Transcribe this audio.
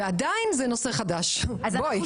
ועדיין זה נושא חדש, בואי.